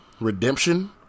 redemption